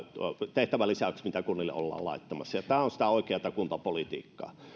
tehtävälisäykset mitä kunnille ollaan laittamassa tämä on sitä oikeata kuntapolitiikkaa